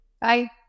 Bye